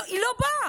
היא לא באה,